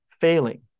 failing